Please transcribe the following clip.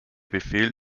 befehl